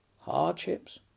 hardships